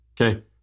Okay